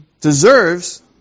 deserves